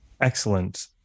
Excellent